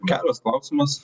geras klausimas